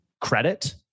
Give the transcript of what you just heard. credit